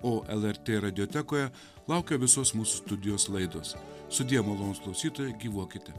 o lrt radiotechnikoje laukia visos mūsų studijos laidos sudie malonūs klausytojai gyvuokite